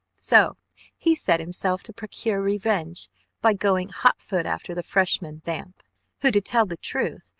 so he set himself to procure revenge by going hot-foot after the freshman vamp who, to tell the truth,